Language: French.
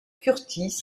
kurtis